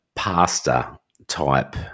pastor-type